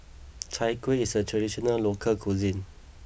Chai Kueh is a traditional local cuisine